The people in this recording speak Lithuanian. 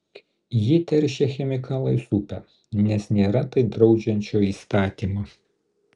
ji teršia chemikalais upę nes nėra tai draudžiančio įstatymo